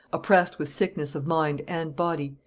oppressed with sickness of mind and body,